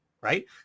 Right